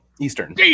Eastern